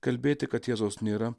kalbėti kad jėzaus nėra